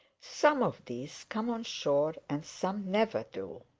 some of these come on shore and some never do.